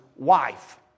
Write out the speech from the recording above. Wife